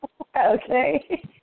Okay